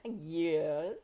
Yes